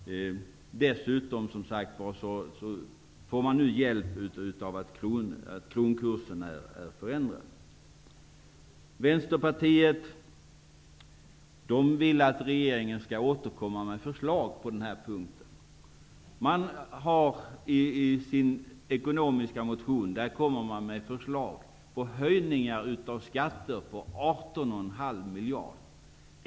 Dessutom, som sagt, får man nu hjälp av den förändrade kronkursen. Vänsterpartiet vill att regeringen skall återkomma med förslag på den här punkten. Man framlägger i sin ekonomiska motion förslag till höjningar av skatter till ett belopp av 18,5 miljarder.